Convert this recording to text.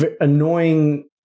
annoying